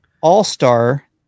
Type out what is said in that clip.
all-star